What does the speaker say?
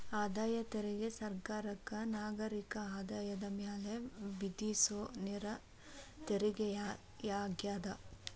ಆದಾಯ ತೆರಿಗೆ ಸರ್ಕಾರಕ್ಕ ನಾಗರಿಕರ ಆದಾಯದ ಮ್ಯಾಲೆ ವಿಧಿಸೊ ನೇರ ತೆರಿಗೆಯಾಗ್ಯದ